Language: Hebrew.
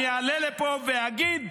אני אעלה לפה ואגיד: